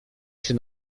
się